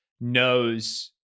knows